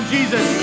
Jesus